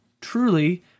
truly